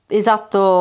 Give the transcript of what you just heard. esatto